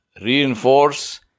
reinforce